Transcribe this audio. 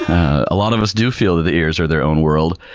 ah a lot of us do feel that the ears are their own world.